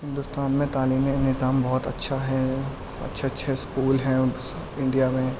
ہندوستان میں تعلیمی نظام بہت اچھا ہے اچھے اچھے اسکول ہیں انڈیا میں